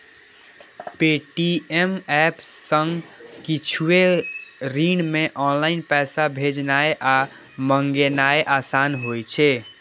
Paytm app सं किछुए क्षण मे ऑनलाइन पैसा भेजनाय आ मंगेनाय आसान होइ छै